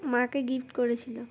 মাকে গিফট করেছিলো